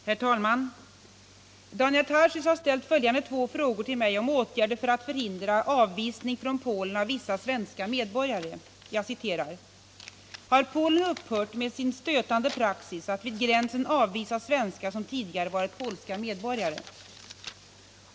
Herr talman! Daniel Tarschys har ställt följande två frågor till mig om åtgärder för att förhindra avvisning från Polen av vissa svenska medborgare. Jag citerar: ”1. Har Polen upphört med sin stötande praxis att vid gränsen avvisa svenskar som tidigare varit polska medborgare? 2.